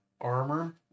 armor